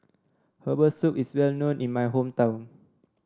Herbal Soup is well known in my hometown